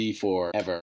forever